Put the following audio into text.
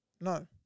No